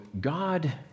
God